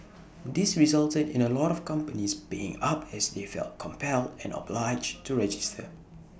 this resulted in A lot of companies paying up as they felt compelled and obliged to register